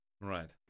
Right